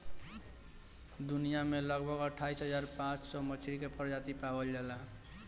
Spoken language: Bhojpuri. दुनिया में लगभग अट्ठाईस हज़ार पाँच सौ मछरी के प्रजाति पावल जाला